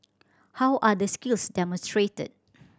how are the skills demonstrated